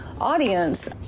audience